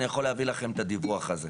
אני יכול להביא לכם את הדיווח על זה.